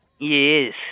Yes